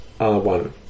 R1